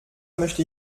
möchte